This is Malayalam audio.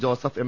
Joseph M